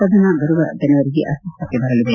ಸದನ ಬರುವ ಜನವರಿಗೆ ಅಸ್ತಿಕ್ಷಕ್ಕೆ ಬರಲಿದೆ